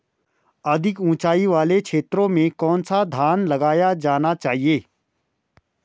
अधिक उँचाई वाले क्षेत्रों में कौन सा धान लगाया जाना चाहिए?